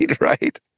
right